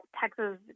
Texas